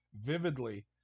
vividly